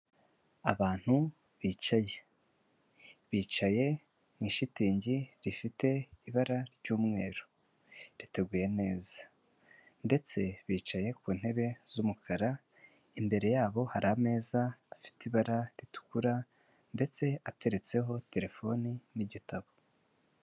Abantu bicaye, bicaye mu ishitingi rifite ibara ry'umweru, riteguye neza ndetse bicaye ku ntebe z'umukara, imbere yabo hari ameza afite ibara ritukura ndetse ateretseho telefone n'igitabo.